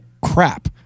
crap